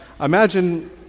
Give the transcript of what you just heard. imagine